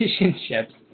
relationships